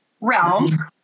realm